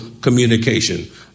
communication